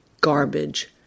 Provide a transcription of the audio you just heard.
garbage